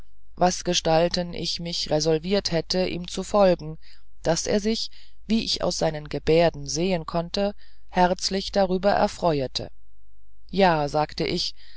daher wasgestalten ich mich resolviert hätte ihm zu folgen daß er sich wie ich aus seinen gebärden sehen konnte herzlich darüber erfreuete ja sagte ich